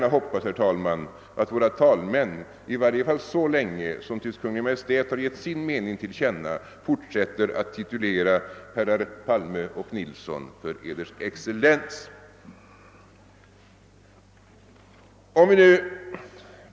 Jag hoppas att våra talmän, i varje fall till dess Kungl. Maj:t har gett sin mening till känna, fortsätter att titulera herrar Palme och Nilsson Ers Excellens.